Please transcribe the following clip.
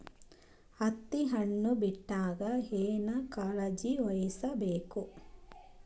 ಹತ್ತಿ ಹಣ್ಣು ಬಿಟ್ಟಾಗ ಏನ ಕಾಳಜಿ ವಹಿಸ ಬೇಕು?